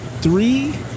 three